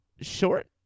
short